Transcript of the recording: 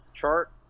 chart